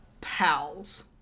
pals